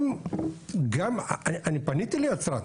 אם, גם אני פניתי ליצרן.